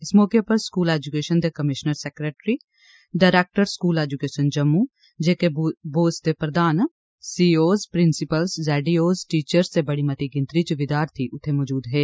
इस मौके उप्पर स्कूल एजुकेशन दे commissioner secretary director school education Jammu दे प्रधान सीईओएस प्रिंसिपल जैडईओस टीचरस ते बड़ी मती गिनतरी च विद्यार्थी उत्थें मजूद हे